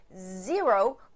zero